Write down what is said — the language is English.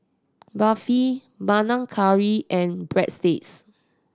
Barfi Panang Curry and Breadsticks